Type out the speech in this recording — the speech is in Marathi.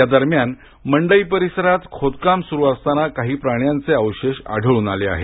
या दरम्यान मंडई परिसरात खोदकाम सुरु असताना प्राण्यांचे काही अवशेष आढळून आले आहेत